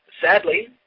Sadly